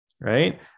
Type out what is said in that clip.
right